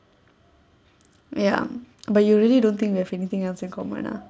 ya but you really don't think we have anything else in common ah